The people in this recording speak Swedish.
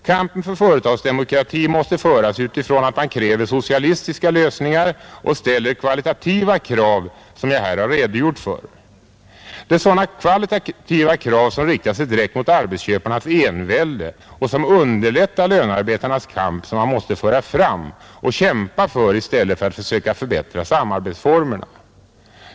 Kampen för företagsdemokrati måste föras utifrån att man kräver socialistiska lösningar och ställer kvalitativa krav, som jag här har redogjort för. Det är sådana kvalitativa krav, som riktar sig direkt mot arbetsköparnas envälde och underlättar lönarbetarnas kamp, som man måste föra fram och kämpa för i stället för att försöka förbättra samarbetsformerna.